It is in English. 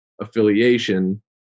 affiliation